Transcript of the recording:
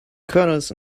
kernels